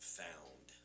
found